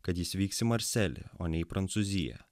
kad jis vyks į marselį o ne į prancūziją